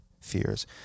fears